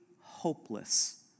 hopeless